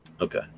Okay